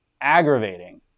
aggravating